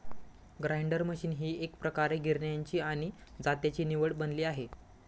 grinder machine ही एकप्रकारे गिरण्यांची आणि जात्याची निवड बनली आहे